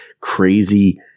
crazy